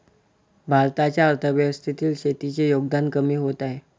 भारताच्या अर्थव्यवस्थेतील शेतीचे योगदान कमी होत आहे